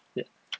yep